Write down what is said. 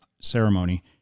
Ceremony